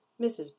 Mrs